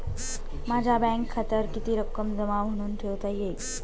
माझ्या बँक खात्यावर किती रक्कम जमा म्हणून ठेवता येईल?